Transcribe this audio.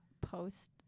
post